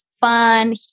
fun